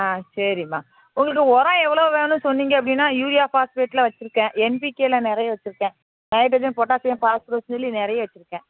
ஆ சரிம்மா உங்களுக்கு உரம் எவ்வளோ வேணும் சொன்னிங்க அப்படின்னா யூரியா பாஸ்பேட்லாம் வெச்சிருக்கேன் என்விகேயில் நிறைய வெச்சிருக்கேன் ஹைட்ரஜன் பொட்டாசியம் பாஸ்பரஸ் இதுலேயும் நிறைய வெச்சிருக்கேன்